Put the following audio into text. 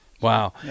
wow